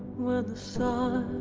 sir?